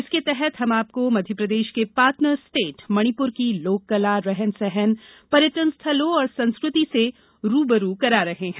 इसके तहत हम आपको मध्यप्रदेश के पार्टनर स्टेट मणिपुर की लोककला रहन सहन पर्यटन स्थलों और संस्कृति से रू ब रू करा रहे हैं